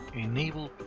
enable.